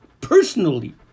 personally